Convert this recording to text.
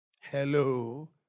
Hello